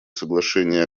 соглашения